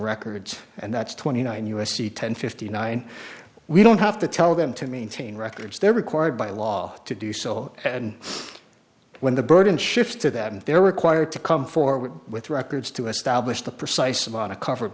records and that's twenty nine u s c ten fifty nine we don't have to tell them to maintain records they're required by law to do so and when the burden shifts to that they're required to come forward with records to establish the precise about a covered